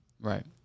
Right